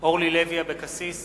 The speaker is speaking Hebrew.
אורלי לוי אבקסיס